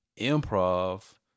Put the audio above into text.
improv